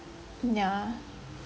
hmm